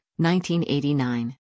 1989